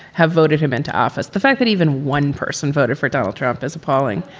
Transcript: have voted him into office. the fact that even one person voted for donald trump is appalling.